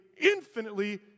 infinitely